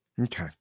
Okay